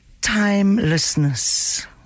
Timelessness